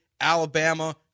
Alabama